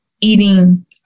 eating